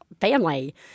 family